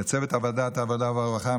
לצוות ועדת העבודה והרווחה,